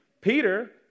Peter